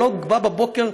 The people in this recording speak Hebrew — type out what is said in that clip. אני לא בא בבוקר,